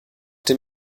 dem